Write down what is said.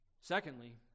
Secondly